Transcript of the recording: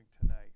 tonight